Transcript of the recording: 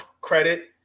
credit